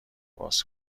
باز